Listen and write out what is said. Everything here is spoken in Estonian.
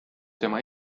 tema